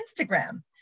Instagram